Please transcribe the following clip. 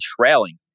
trailing